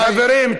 חברים,